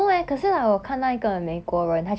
I think there are still flights but not many